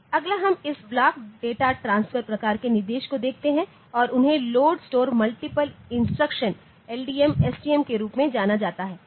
अगला हम इस ब्लॉक डेटा ट्रांसफर प्रकार के निर्देश को देखते हैं और उन्हें load store multiple instruction LDM STM के रूप में जाना जाता है